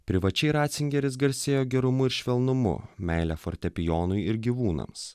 privačiai ratzingeris garsėjo gerumu ir švelnumu meile fortepijonui ir gyvūnams